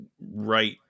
right